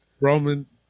Roman's